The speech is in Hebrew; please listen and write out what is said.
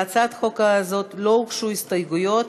להצעת החוק הזאת לא הוגשו הסתייגויות,